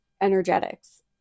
energetics